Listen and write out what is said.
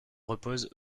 reposent